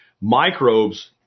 Microbes